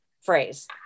phrase